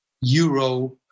Euro